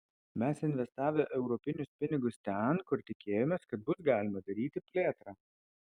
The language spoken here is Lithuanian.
mes investavę europinius pinigus ten kur tikėjomės kad bus galima daryti plėtrą